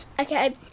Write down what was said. Okay